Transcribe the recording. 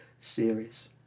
series